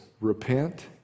repent